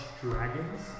dragons